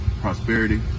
prosperity